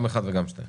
גם 1 וגם 2?